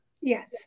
yes